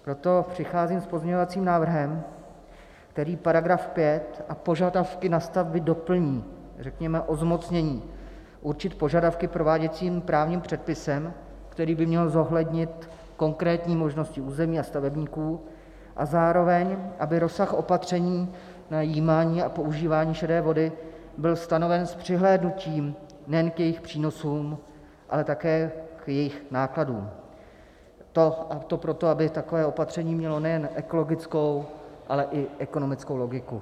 Proto přicházím s pozměňovacím návrhem, který § 5 a požadavky na stavby doplní, řekněme, o zmocnění určit požadavky prováděcím právním předpisem, který by měl zohlednit konkrétní možnosti území a stavebníků, a zároveň aby rozsah opatření na jímání a používání šedé vody byl stanoven s přihlédnutím nejen k jejich přínosům, ale také k jejich nákladům, a to proto, aby takové opatření mělo nejen ekologickou, ale i ekonomickou logiku.